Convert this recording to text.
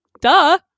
Duh